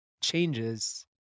changes